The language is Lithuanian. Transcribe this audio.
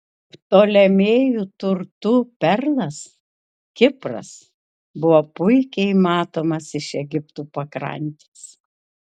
ptolemėjų turtų perlas kipras buvo puikiai matomas iš egipto pakrantės